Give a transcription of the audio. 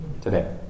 today